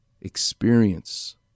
Experience